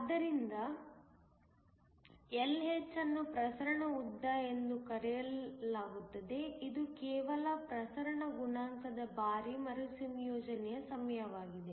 ಆದ್ದರಿಂದ Lh ಅನ್ನು ಪ್ರಸರಣ ಉದ್ದ ಎಂದು ಕರೆಯಲಾಗುತ್ತದೆ ಇದು ಕೇವಲ ಪ್ರಸರಣ ಗುಣಾಂಕದ ಬಾರಿ ಮರುಸಂಯೋಜನೆಯ ಸಮಯವಾಗಿದೆ